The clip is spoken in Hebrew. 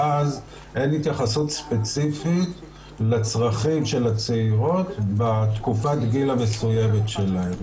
ואז אין התייחסות ספציפית לצרכים של הצעירות בתקופת הגיל המסוימת שלהן,